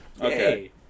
Okay